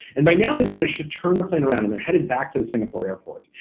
and by now they've managed to turn the plane around and they're headed back to the singapore airport,